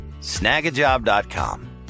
snagajob.com